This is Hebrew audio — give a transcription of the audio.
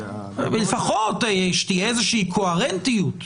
לפחות שתהיה איזושהי קוהרנטיות.